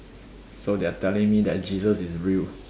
so they are telling me that Jesus is real